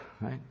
right